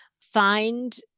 find